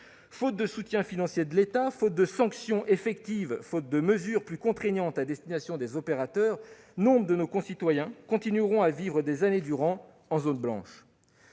Faute de soutien financier de l'État, de sanction effective et de mesures plus contraignantes à destination des opérateurs, nombre de nos concitoyens continueront à vivre des années durant en zone blanche.